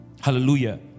Hallelujah